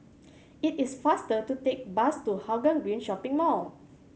it is faster to take bus to Hougang Green Shopping Mall